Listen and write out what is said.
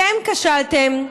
אתם כשלתם,